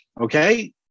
okay